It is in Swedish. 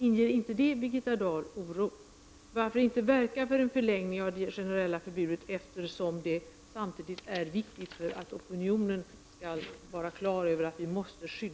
Inger inte detta Birgitta Dahl oro? Varför kan vi inte verka för en förlängning av det generella förbudet? Det är ju samtidigt viktigt för att opinionen skall bli på det klara med att vi måste skydda dessa djur.